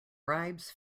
bribes